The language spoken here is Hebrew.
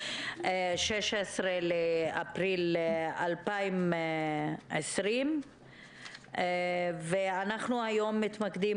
16 באפריל 2020. אנחנו היום מתמקדים